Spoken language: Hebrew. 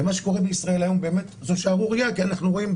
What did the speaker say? ומה שקורה בישראל היום באמת זו שערורייה כי אנחנו רואים,